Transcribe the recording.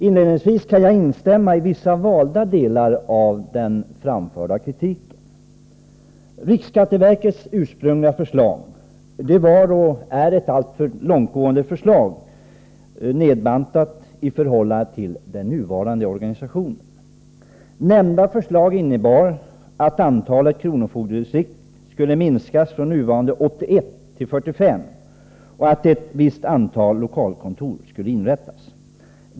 Inledningsvis kan jag instämma i vissa delar av den framförda kritiken. Riksskatteverkets ursprungliga förslag var alltför långtgående i sin nedbantning i förhållande till nuvarande organisation. Nämnda förslag innebar att antalet kronofogdedistrikt skulle minskas från nuvarande 81 till 45 och att ett antal lokalkontor skulle inrättas.